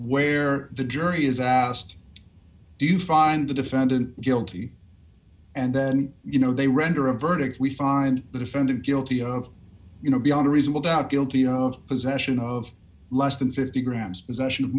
where the jury is asked do you find the defendant guilty and then you know they render a verdict we find the defendant guilty of you know beyond a reasonable doubt guilty of possession of less than fifty grams possession of